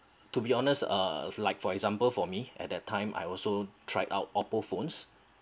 to be honest uh like for example for me at that time I also tried out Oppo phones